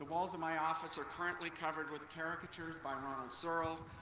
walls of my office are currently covered with caricatures by ronald searle,